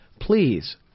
please